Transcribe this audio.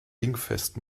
dingfest